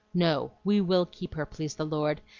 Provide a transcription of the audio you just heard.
no we will keep her, please the lord!